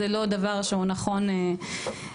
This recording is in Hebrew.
זה לא דבר שהוא נכון מהותית,